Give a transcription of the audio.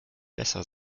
besser